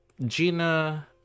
Gina